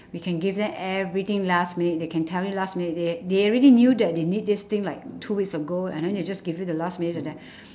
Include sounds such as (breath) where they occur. we can give them everything last minute they can tell you last minute they a~ they already knew that they need this thing like two weeks ago and then they just give you the last minute like that (breath)